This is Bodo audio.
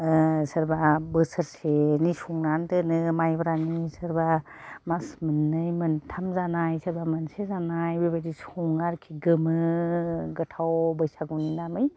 सोरबा बोसोरसेनि संनानै दोनो मायब्रानि सोरबा मास मोन्नै मोनथाम जानाय सोरबा मोनसे जानाय बेबादि सङो आरोखि गोमो गोथाव बैसागुनि नामै